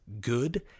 good